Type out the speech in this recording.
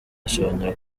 isobanura